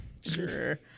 sure